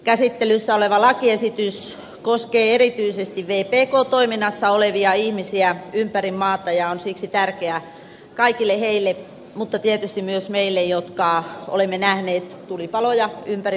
käsittelyssä oleva lakiesitys koskee erityisesti vpk toiminnassa olevia ihmisiä ympäri maata ja on siksi tärkeä kaikille heille mutta tietysti myös meille jotka olemme nähneet tulipaloja ympäri maakuntaa